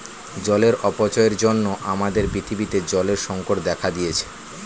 জলের অপচয়ের জন্য আমাদের পৃথিবীতে জলের সংকট দেখা দিয়েছে